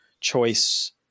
choice